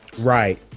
Right